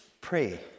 pray